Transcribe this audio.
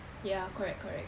ya correct correct